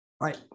Right